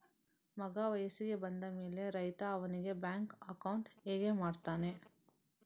ಮಗ ವಯಸ್ಸಿಗೆ ಬಂದ ಮೇಲೆ ರೈತ ಅವನಿಗೆ ಬ್ಯಾಂಕ್ ಅಕೌಂಟ್ ಹೇಗೆ ಮಾಡ್ತಾನೆ?